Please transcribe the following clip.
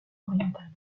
orientale